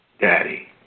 Daddy